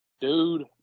Dude